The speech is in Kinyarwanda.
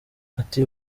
ati